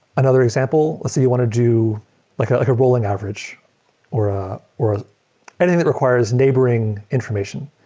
another example, let's say you want to do like like a rolling average or ah or anything that requires neighboring information,